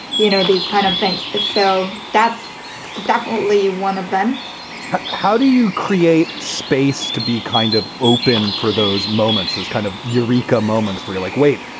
you know, these kind of things. so that's definitely one of them how do you create space to be kind of open for those moments? that's kind of eureka moments where you're like, wait,